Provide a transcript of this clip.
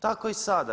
Tako i sada.